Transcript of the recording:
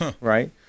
right